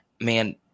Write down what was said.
man